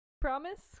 Promise